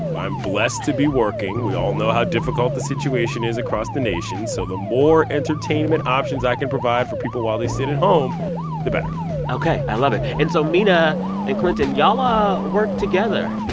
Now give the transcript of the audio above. i'm blessed to be working. we all know how difficult the situation is across the nation, so the more entertainment options i can provide for people while they sit at home the better ok, i love it. and so, mina and clinton, y'all um ah work together.